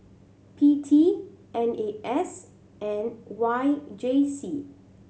P T N A S and Y J C